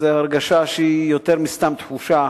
זאת הרגשה שהיא יותר מסתם תחושה,